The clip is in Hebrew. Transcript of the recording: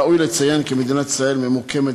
ראוי לציין כי מדינת ישראל ממוקמת